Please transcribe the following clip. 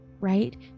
right